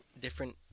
different